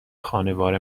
خانوار